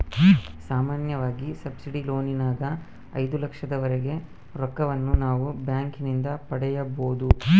ಸಾಮಾನ್ಯವಾಗಿ ಸಬ್ಸಿಡಿ ಲೋನಿನಗ ಐದು ಲಕ್ಷದವರೆಗೆ ರೊಕ್ಕವನ್ನು ನಾವು ಬ್ಯಾಂಕಿನಿಂದ ಪಡೆಯಬೊದು